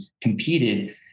competed